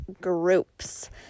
groups